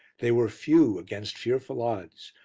they were few against fearful odds,